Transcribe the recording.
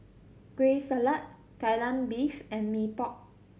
Kueh Salat Kai Lan Beef and Mee Pok